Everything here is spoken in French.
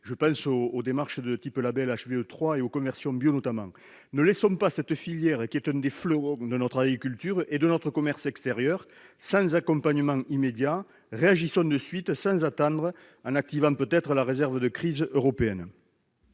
je pense notamment aux labels HVE 3 et aux conversions au bio. Ne laissons pas cette filière, qui est l'un des fleurons de notre agriculture et de notre commerce extérieur, sans accompagnement immédiat. Réagissons sans attendre, en activant peut-être la réserve de crise européenne.